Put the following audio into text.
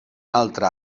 altre